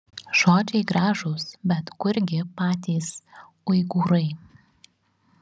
žodžiai gražūs bet kurgi patys uigūrai